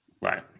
Right